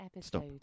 stop